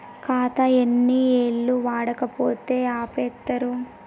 ఖాతా ఎన్ని ఏళ్లు వాడకపోతే ఆపేత్తరు?